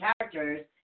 characters